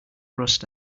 rust